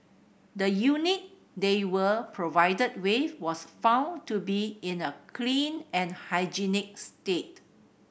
the unit they were provided with was found to be in a clean and hygienic state